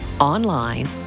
online